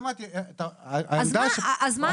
מה העניין?